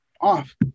off